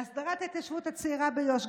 להסדרת ההתיישבות הצעירה ביו"ש,